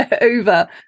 over